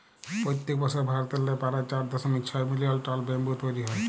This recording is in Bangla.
পইত্তেক বসর ভারতেল্লে পারায় চার দশমিক ছয় মিলিয়ল টল ব্যাম্বু তৈরি হ্যয়